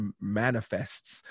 manifests